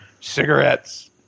cigarettes